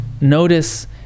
notice